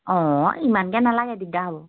অ ইমানকৈ নালাগে দিগদাৰ হ'ব